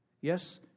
Yes